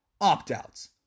opt-outs